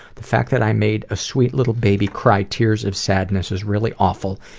the fact that i made a sweet little baby cry tears of sadness is really awful,